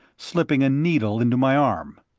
slipping a needle into my arm.